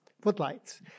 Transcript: footlights